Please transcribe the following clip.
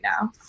now